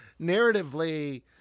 narratively